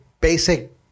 Basic